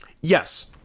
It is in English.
Yes